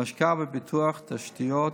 והשקעה בפיתוח תשתיות